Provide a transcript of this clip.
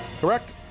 Correct